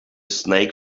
snake